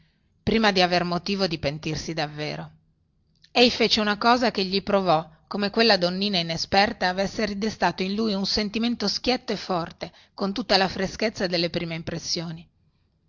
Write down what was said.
prima di aver motivo di pentirsi davvero ei fece una cosa che gli provò come quella donnina inesperta avesse ridestato in lui un sentimento schietto e forte con tutta la freschezza delle prime impressioni